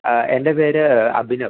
എൻ്റെ പേര് അഭിനവ്